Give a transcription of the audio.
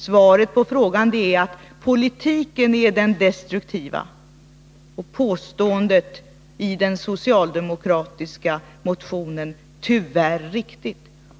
Svaret på frågorna är att politiken är den destruktiva faktorn, och påståendet i den socialdemokratiska motionen är tyvärr riktigt.